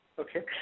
Okay